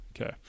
Okay